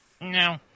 No